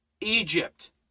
egypt